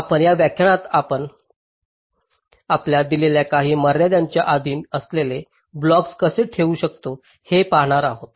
आता या व्याख्यानात आपण आपल्याला दिलेल्या काही मर्यादांच्या अधीन असलेले ब्लॉक्स कसे ठेवू शकतो हे पाहणार आहोत